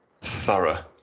thorough